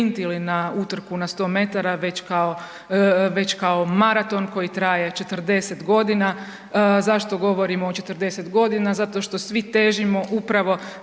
ili na utrku na 100 metara, već kao maraton koji traje 40 godina. Zašto govorimo o 40 godina? Zato što svi težimo upravo